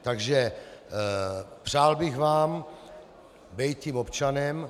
Takže přál bych vám být tím občanem.